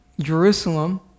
Jerusalem